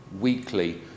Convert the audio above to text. weekly